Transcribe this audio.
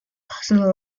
personal